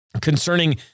concerning